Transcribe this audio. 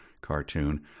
cartoon